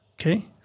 okay